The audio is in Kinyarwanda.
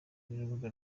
y’urubuga